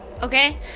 okay